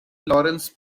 lawrence